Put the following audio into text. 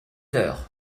heures